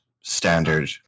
standard